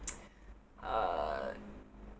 uh